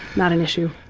not an issue.